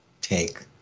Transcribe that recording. take